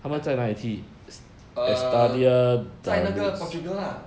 a~ err 在那个 portugal lah